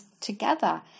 together